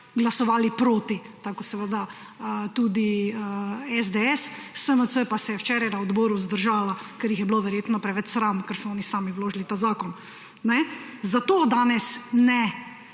glasovali proti, tako kot seveda tudi SDS. SMC pa se je včeraj na odboru vzdržala, ker jih je bilo verjetno preveč sram, ker so oni sami vložili ta zakon. Zato danes ne